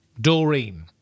Doreen